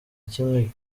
kimwe